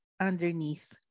underneath